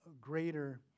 greater